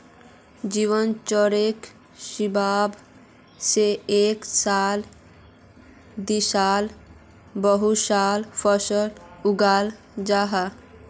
जीवन चक्रेर हिसाब से एक साला दिसाला बहु साला फसल उगाल जाहा